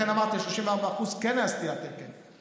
לכן אמרתי שעם 34% כן הייתה סטיית תקן,